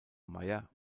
meyer